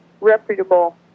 reputable